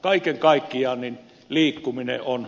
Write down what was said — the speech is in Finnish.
kaiken kaikkiaan liikkuminen on